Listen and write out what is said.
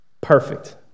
Perfect